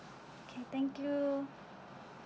okay thank you